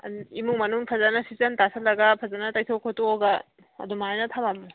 ꯏꯃꯨꯡ ꯃꯅꯨꯡ ꯐꯖꯅ ꯁꯤꯠꯆꯟ ꯇꯥꯁꯜꯂꯒ ꯐꯖꯅ ꯇꯩꯊꯣꯛ ꯈꯣꯇꯣꯛꯂꯒ ꯑꯗꯨꯃꯥꯏꯅ ꯊꯝꯂꯝꯃꯦ